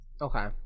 Okay